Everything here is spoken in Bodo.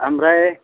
ओमफ्राय